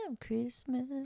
Christmas